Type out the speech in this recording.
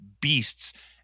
beasts